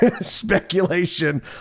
speculation